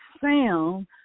sound